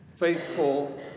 faithful